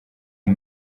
iyi